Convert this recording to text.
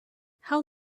how